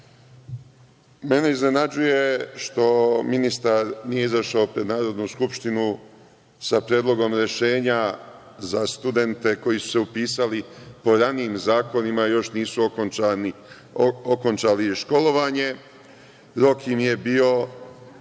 iznenađuje što ministar nije izašao pred Narodnu skupštinu sa predlogom rešenja za studente koji su se upisali po ranijim zakonima, a još nisu okončali školovanje. Rok im je bio